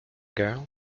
girl